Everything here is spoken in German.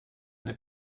eine